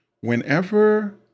Whenever